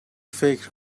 فکر